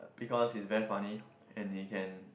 because he's very funny and he can